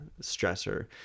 stressor